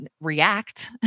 react